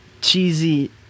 cheesy